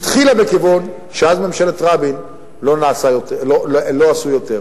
התחילה בכיוון שמאז ממשלת רבין לא עשו בו יותר.